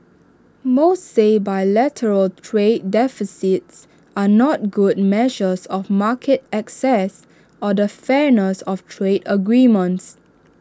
most say bilateral trade deficits are not good measures of market access or the fairness of trade agreements